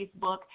Facebook